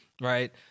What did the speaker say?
Right